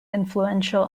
influential